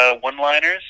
one-liners